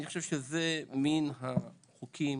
אני חושב שזה מן החוקים